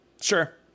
Sure